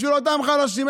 בשביל אותם חלשים,